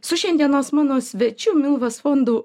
su šiandienos mano svečiu mildos fondų